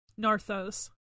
Narthos